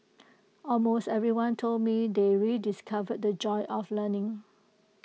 almost everyone told me they rediscovered the joy of learning